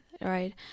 right